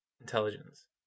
intelligence